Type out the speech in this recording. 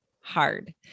hard